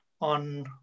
on